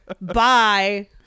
Bye